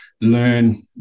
learn